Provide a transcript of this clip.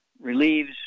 relieves